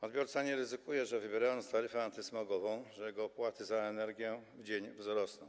Odbiorca nie ryzykuje, że jeśli wybierze taryfę antysmogową, jego opłaty za energię w dzień wzrosną.